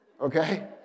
Okay